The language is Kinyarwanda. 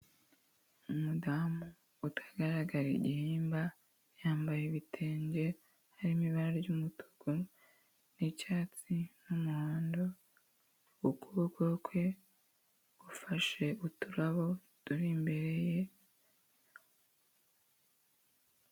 Umudamu utagaragara igihimba yambaye ibitenge harimo ibara ry'umutuku, icyatsi n'umuhondo ukuboko kwe gufashe uturabo turi imbere ye.